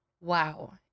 wow